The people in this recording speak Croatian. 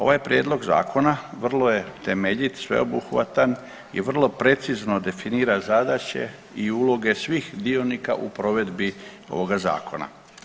Ovaj prijedlog zakona vrlo je temeljit, sveobuhvatan i vrlo precizno definira zadaće i uloge svih dionika u provedbi ovoga zakona.